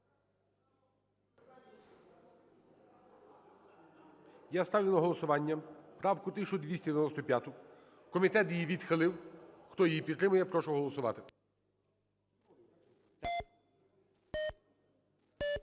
Я ставлю на голосування правку 1295. Комітет її відхилив. Хто її підтримує, прошу голосувати.